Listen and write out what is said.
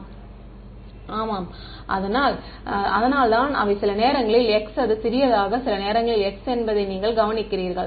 மாணவர் ஆமாம் அதனால்தான் அவை சில நேரங்களில் x அது சிறியதாக சில நேரங்களில் அது X என்பதை நீங்கள் கவனிக்கிறீர்கள்